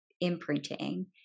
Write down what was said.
imprinting